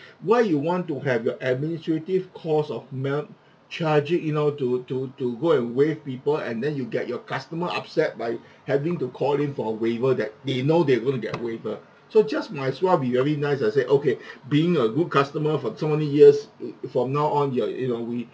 why you want to have your administrative costs of mail charging you know to to to go and waste paper and then you get your customer upset by having to call in for a waiver that they know they're gonna get waiver so just might as well be very nice and say okay being a good customer for so many years from now on ya you know we